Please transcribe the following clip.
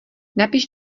napiš